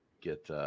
get